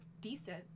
decent